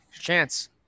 Chance